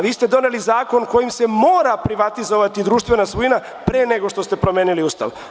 Vi ste doneli zakon kojim se mora privatizovati društvena svojina pre nego što ste promenili Ustav.